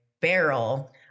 barrel